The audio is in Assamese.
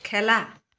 খেলা